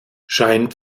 scheint